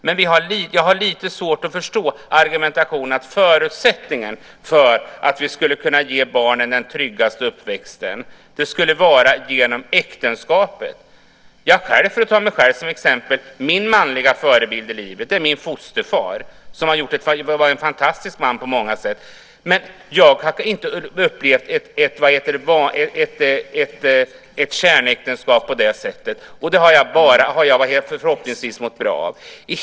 Men jag har lite svårt att förstå argumentationen att äktenskapet är förutsättningen för att man ska kunna ge barnen en trygg uppväxt. För att ta mig själv som exempel kan jag berätta att min manliga förebild i livet är min fosterfar som var en fantastisk man på många sätt. Men jag växte inte upp i ett kärnäktenskap, och det har jag förhoppningsvis mått bra av.